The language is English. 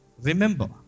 Remember